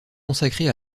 consacrée